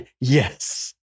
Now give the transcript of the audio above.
yes